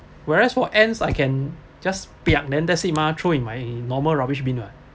whereas for ants I can just piak then that's it mah throw in my normal rubbish bin [what]